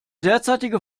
derzeitige